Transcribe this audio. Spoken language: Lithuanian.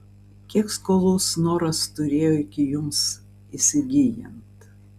kiek skolų snoras turėjo iki jums įsigyjant